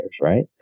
right